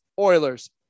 Oilers